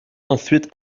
ensuite